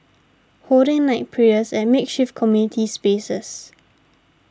holding night prayers at makeshift community spaces